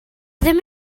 ddim